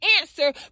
answer